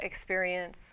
experience